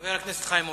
חבר הכנסת חיים אורון.